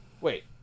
Wait